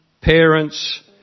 parents